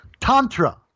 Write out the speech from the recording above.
Tantra